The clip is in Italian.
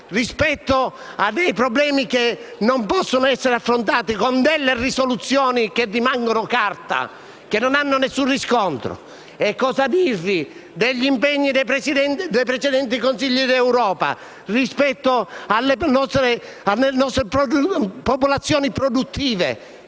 rispetto a dei problemi che non possono essere affrontati con delle risoluzioni che rimangono sulla carta e che non hanno nessun riscontro. E cosa dirvi degli impegni dei precedenti Consigli europei rispetto alle popolazioni produttive?